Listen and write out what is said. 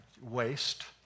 waste